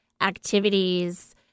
activities